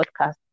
podcast